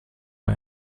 bei